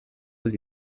aux